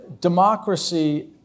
Democracy